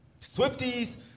Swifties